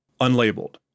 Unlabeled